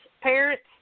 parents